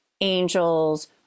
angels